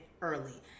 early